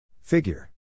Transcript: Figure